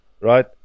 right